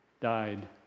died